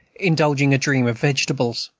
indulging a dream of vegetables.